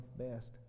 best